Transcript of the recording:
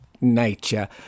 nature